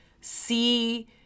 see